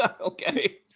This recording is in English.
Okay